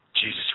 Jesus